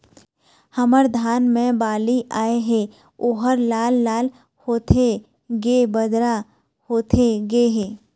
हमर धान मे बाली आए हे ओहर लाल लाल होथे के बदरा होथे गे हे?